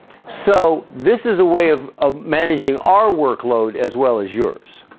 so this is a way of of managing our workload as well as yours